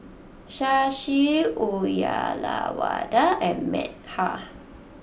Shashi Uyyalawada and Medha